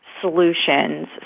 solutions